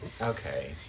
okay